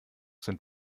sind